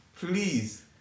Please